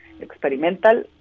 experimental